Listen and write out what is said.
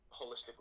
holistically